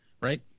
Right